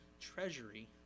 treasury